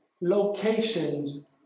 locations